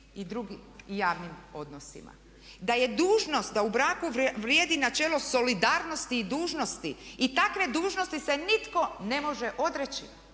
i drugim javnim odnosima. Da je dužnost da u braku vrijedi načelo solidarnosti i dužnosti i takve dužnosti se nitko ne može odreći